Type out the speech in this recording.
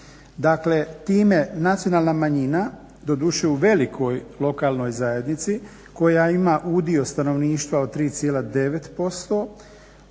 Dakle time nacionalna manjina doduše u velikoj lokalnoj zajednici koja ima udio stanovništva od 3,9%